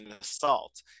assault